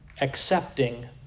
accepting